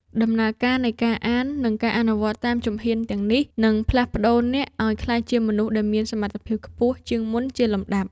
ដំណើរការនៃការអាន និងការអនុវត្តតាមជំហានទាំងនេះ នឹងផ្លាស់ប្តូរអ្នកឱ្យក្លាយជាមនុស្សដែលមានសមត្ថភាពខ្ពស់ជាងមុនជាលំដាប់។